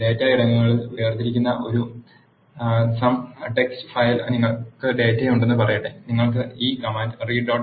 data ഇടങ്ങളാൽ വേർതിരിക്കുന്ന ഒരു സം ടെക്സ്റ്റ് ഫയലിൽ നിങ്ങൾക്ക് ഡാറ്റയുണ്ടെന്ന് പറയട്ടെ നിങ്ങൾ ഈ കമാൻഡ് read